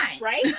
Right